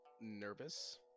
nervous